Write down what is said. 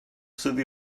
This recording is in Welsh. sydd